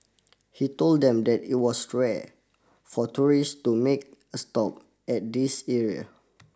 he told them that it was rare for tourists to make a stop at this area